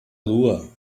lua